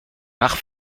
nach